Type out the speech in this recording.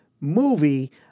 movie